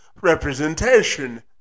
representation